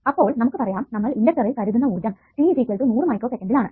അപ്പോൾ നമുക്ക് പറയാം നമ്മൾ ഇണ്ടക്ടറിൽ കരുതുന്ന ഊർജ്ജം t 100 മൈക്രോസെക്കന്റിൽ ആണ്